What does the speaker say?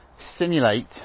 simulate